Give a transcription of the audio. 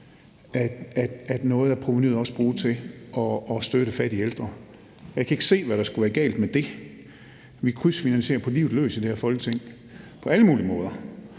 af provenuet også bruges til at støtte fattige ældre, og jeg kan ikke se, hvad der skulle være galt med det – vi krydsfinansierer på livet løs i det her Folketing på alle mulige måder.